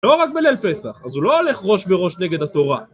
לא רק בליל פסח, אז הוא לא הולך ראש בראש נגד התורה.